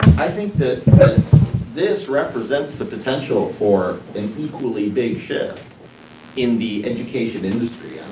i think that this represents the potential for an equally big shift in the education industry.